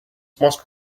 must